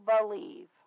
believe